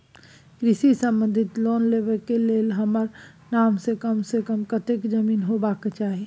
कृषि संबंधी लोन लेबै के के लेल हमरा नाम से कम से कम कत्ते जमीन होबाक चाही?